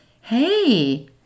hey